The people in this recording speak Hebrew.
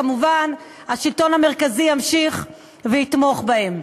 כמובן השלטון המרכזי ימשיך לתמוך בהן.